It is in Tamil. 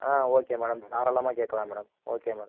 ஆ ஓகே மேடம் தாராளமாக கேட்கலாம் மேடம் ஓகே மேடம்